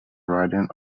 riding